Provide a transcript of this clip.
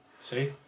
See